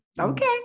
Okay